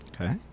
Okay